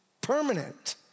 permanent